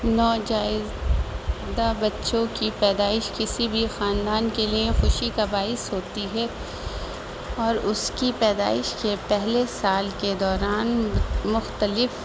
نوزائدہ بچوں کی پیدائش کسی بھی خاندان کے لیے خوشی کا باعث ہوتی ہے اور اس کی پیدائش کے پہلے سال کے دوران مختلف